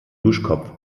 duschkopf